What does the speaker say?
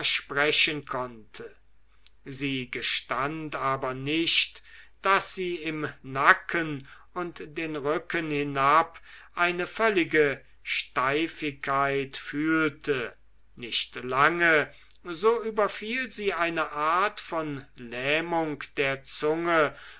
sprechen konnte sie gestand aber nicht daß sie im nacken und den rücken hinab eine völlige steifigkeit fühlte nicht lange so überfiel sie eine art von lähmung der zunge